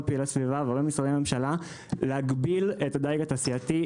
פעילי סביבה והרבה משרדי ממשלה להגביל את הדיג התעשייתי,